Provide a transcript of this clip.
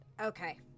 Okay